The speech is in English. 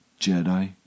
Jedi